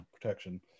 protection